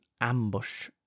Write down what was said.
ambush